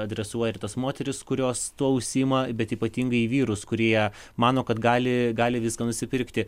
adresuoja ir tas moteris kurios tuo užsiima bet ypatingai vyrus kurie mano kad gali gali viską nusipirkti